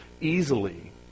easily